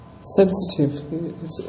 sensitive